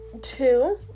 Two